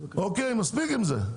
מספיק עם זה.